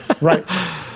Right